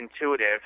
intuitive